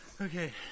okay